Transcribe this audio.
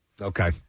Okay